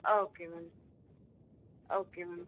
ah okay ma'am okay ma'am